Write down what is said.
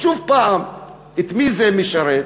שוב, את מי זה משרת?